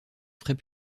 frais